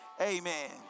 amen